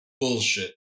bullshit